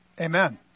Amen